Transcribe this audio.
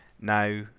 Now